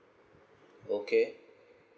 okay